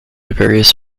various